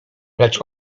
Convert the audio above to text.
lecz